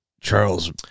Charles